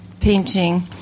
painting